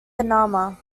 panama